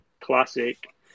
classic